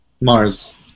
Mars